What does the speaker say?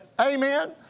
Amen